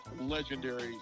Legendary